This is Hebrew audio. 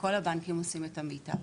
וכל הבנקים עושים את המיטב.